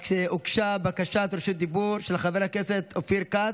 הוגשה בקשת רשות דיבור של חבר הכנסת אופיר כץ,